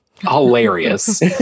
Hilarious